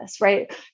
right